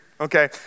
okay